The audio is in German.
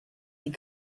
die